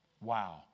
Wow